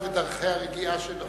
כל אחד ודרכי הרגיעה שלו.